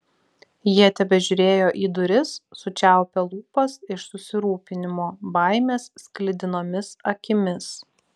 jie tebežiūrėjo į duris sučiaupę lūpas iš susirūpinimo baimės sklidinomis akimis